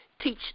teach